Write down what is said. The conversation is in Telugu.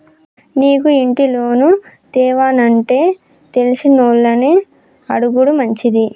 నీకు ఇంటి లోను తేవానంటే తెలిసినోళ్లని అడుగుడు మంచిది